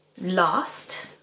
last